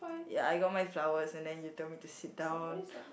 ya I got my flowers and then he told me to sit down